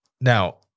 Now